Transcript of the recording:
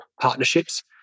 partnerships